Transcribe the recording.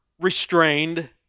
restrained